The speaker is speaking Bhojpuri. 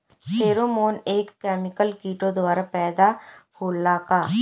फेरोमोन एक केमिकल किटो द्वारा पैदा होला का?